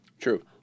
True